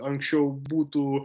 anksčiau būtų